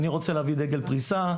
אני רוצה לעביר דגל פריסה,